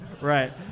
Right